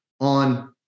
on